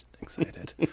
excited